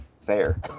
fair